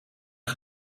een